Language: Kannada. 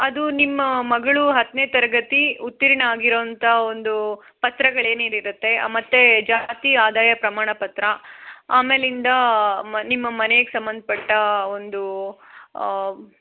ಅದು ನಿಮ್ಮ ಮಗಳು ಹತ್ತನೇ ತರಗತಿ ಉತ್ತೀರ್ಣ ಆಗಿರೋಂಥ ಒಂದು ಪತ್ರಗಳು ಏನೇನು ಇರುತ್ತೆ ಮತ್ತು ಜಾತಿ ಆದಾಯ ಪ್ರಮಾಣ ಪತ್ರ ಆಮೇಲಿಂದ ಮ ನಿಮ್ಮ ಮನೆಗೆ ಸಂಬಂಧಪಟ್ಟ ಒಂದು